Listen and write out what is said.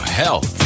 health